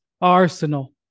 Arsenal